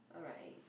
alright